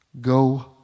go